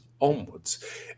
onwards